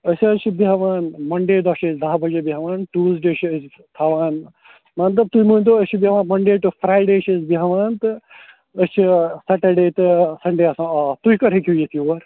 أسۍ حظ چھِ بیٚہوان مَنڈے دۄہ چھِ أسۍ دَہ بَجے بیٚہوان ٹوٗزڈے چھِ أسۍ تھاوان مَطلب تُہۍ مٲنۍتو أسۍ چھِ بیٚہوان مَنڈے ٹُہ فرٛایڈے چھِ أسۍ بیٚہوان تہٕ أسۍ چھِ سٮ۪ٹَڈے تہٕ سَنڈے آسان آف تُہۍ کَر ہیٚکِو یِتھ یور